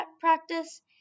practice